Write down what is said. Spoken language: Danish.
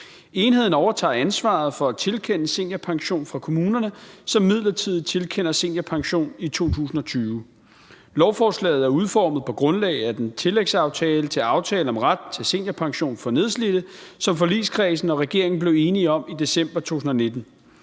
Enheden overtager ansvaret for at tilkende seniorpension fra kommunerne, som midlertidigt tilkender seniorpension i 2020. Lovforslaget er udformet på grundlag af »Tillægsaftale: Aftale om ret til seniorpension for nedslidte«, som forligskredsen og regeringen blev enige om i december 2019.